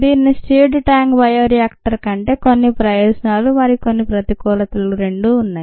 దీనికి stirred tank బయో రియాక్టర్ల కంటే కొన్ని ప్రయోజనాలు మరియు కొన్ని ప్రతికూలతలు రెండూ ఉన్నాయి